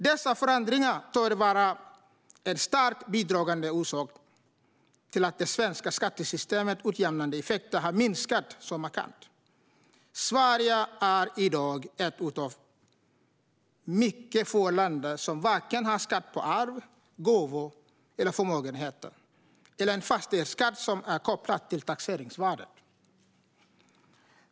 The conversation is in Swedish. Dessa förändringar torde vara en starkt bidragande orsak till att det svenska skattesystemets utjämnande effekter har minskat så markant. Sverige är i dag ett av mycket få länder som varken har skatt på arv, gåvor eller förmögenheter eller en fastighetsskatt som är kopplad till taxeringsvärdet.